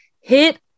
hit